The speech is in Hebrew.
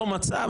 לא מצא,